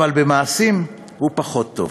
במעשים הוא פחות טוב.